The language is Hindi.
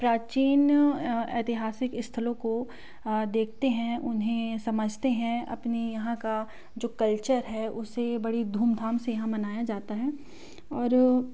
प्राचीन ऐतिहासिक स्थलों को देखते हैं उन्हें समझते हैं अपने यहाँ का जो कल्चर है उसे बड़ी धूम धाम से यहाँ मनाया जाता है और